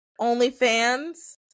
OnlyFans